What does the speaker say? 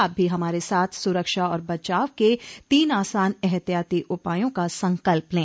आप भी हमारे साथ सुरक्षा और बचाव के तीन आसान एहतियाती उपायों का संकल्प लें